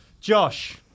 Josh